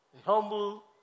humble